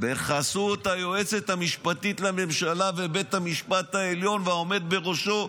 בחסות היועצת המשפטית לממשלה ובית המשפט העליון והעומד בראשו,